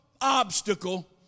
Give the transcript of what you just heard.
obstacle